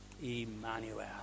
Emmanuel